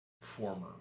former